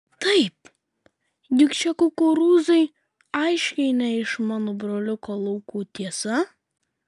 taip juk šie kukurūzai aiškiai ne iš mano broliuko laukų tiesa